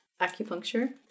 acupuncture